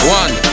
one